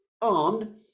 on